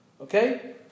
okay